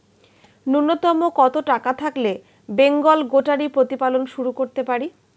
নূন্যতম কত টাকা থাকলে বেঙ্গল গোটারি প্রতিপালন শুরু করতে পারি?